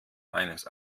eines